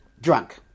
drunk